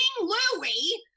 Louis